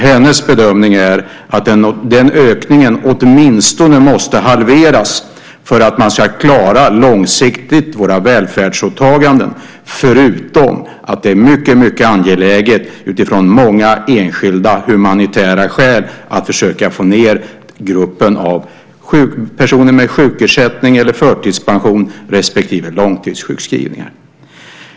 Hennes bedömning är att denna ökning åtminstone måste halveras för att vi långsiktigt ska klara våra välfärdsåtaganden, förutom att det är mycket angeläget utifrån många enskilda humanitära skäl att försöka minska antalet personer med sjukersättning, förtidspension och långtidssjukskrivning.